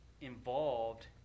involved